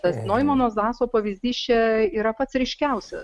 tas noimano zaso pavyzdys čia yra pats ryškiausias